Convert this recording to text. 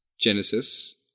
Genesis